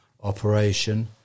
operation